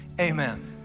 Amen